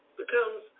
becomes